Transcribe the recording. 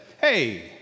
hey